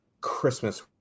Christmas